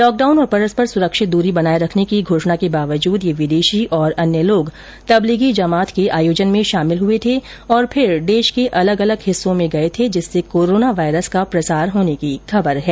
lockdown और परस्पर सुरक्षित दूरी बनाये रखने की घोषणा के बावजूद ये विदेशी और अन्य लोग तबलीगी जमात के आयोजन में शामिल हुये थे और फिर देश के अलग अलग हिस्सों में गये जिससे कोरोना वायरस का प्रसार होने की खबर है